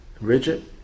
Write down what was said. rigid